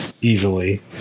easily